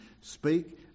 speak